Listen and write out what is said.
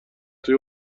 توی